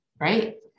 Right